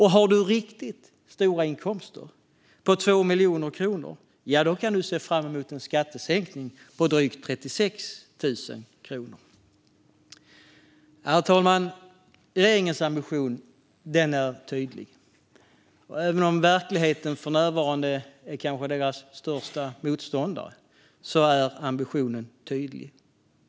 Har man riktigt stora inkomster på 2 miljoner kronor kan man se fram emot en skattesänkning på drygt 36 000 kronor. Herr talman! Regeringens ambition är tydlig även om verkligheten för närvarande kanske är dess största motståndare.